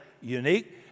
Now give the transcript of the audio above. unique